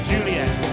Juliet